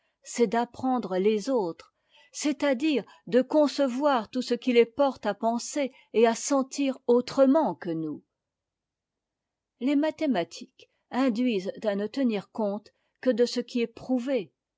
c'est d'apprendre les autres c'est-à-dire de concevoir tout ce qui les porte à penser et à sentir autrement que nous les mathématiques induisent à ne tenir compte que de ce qui est prouvé